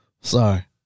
Sorry